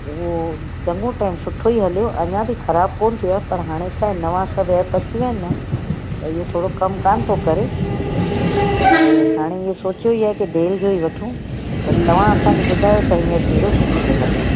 उहो चङो टाइम सुठो ई हलियो अञा बि ख़राबु कोन थियो आहे पर हाणे छा नवां सभु एप अची विया आहिनि न त इहो थोरो कमु कान थो करे त हाणे इहो सोचियो ई आहे की डेल जो ई वठूं पर तव्हां असांखे ॿुधायो त हींअर कहिड़ो सुठो पियो हले